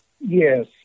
Yes